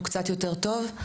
הוא קצת יותר טוב,